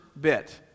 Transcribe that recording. bit